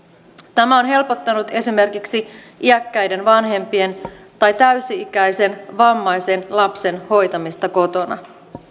tämä on helpottanut esimerkiksi iäkkäiden vanhempien tai täysi ikäisen vammaisen lapsen hoitamista kotona